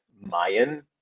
Mayan